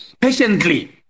patiently